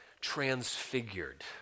transfigured